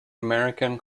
american